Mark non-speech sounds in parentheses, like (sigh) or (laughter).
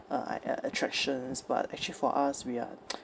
uh I uh attractions but actually for us we are (noise)